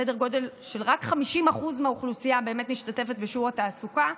סדר הגודל הוא רק 50% מהאוכלוסייה שמשתתפת בשיעור התעסוקה,